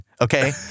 okay